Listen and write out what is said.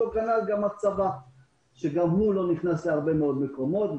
דבר גם הצבא שגם הוא לא נכנס להרבה מאוד מקומות.